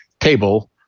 table